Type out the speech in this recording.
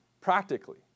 Practically